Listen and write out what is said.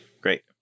great